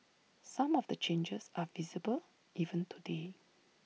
some of the changes are visible even today